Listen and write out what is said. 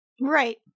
Right